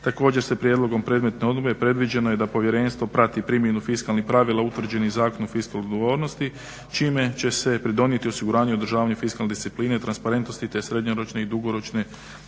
Također se prijedlogom predmetne odluke predviđeno je da povjerenstvo prati primjenu fiskalnih pravila utvrđenih Zakonom o fiskalnoj odgovornosti čime će se pridonijeti osiguranju i održavanju financijske discipline, transparentnosti, te srednjoročne i dugoročne